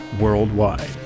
Worldwide